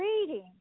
reading